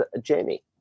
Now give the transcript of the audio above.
Jamie